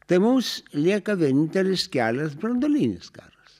tai mums lieka vienintelis kelias branduolinis karas